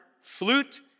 flute